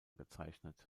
gezeichnet